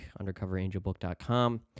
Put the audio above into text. Undercoverangelbook.com